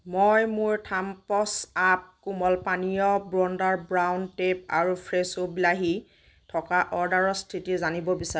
মই মোৰ Thums Up কোমল পানীয় ৱণ্ডাৰ ব্ৰাউন টেপ আৰু ফ্ৰেছো বিলাহী থকা অৰ্ডাৰৰ স্থিতি জানিব বিচাৰোঁ